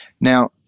Now-